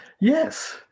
Yes